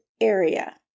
area